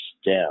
stem